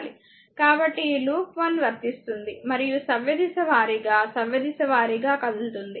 కాబట్టి ఈ లూప్ 1 వర్తిస్తుంది మరియు సవ్యదిశ వారీగా సవ్యదిశ వారీగా కదులుతుంది